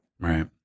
Right